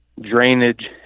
Drainage